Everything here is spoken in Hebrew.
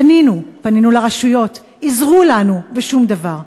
פנינו, פנינו לרשויות: עזרו לנו, ושום דבר.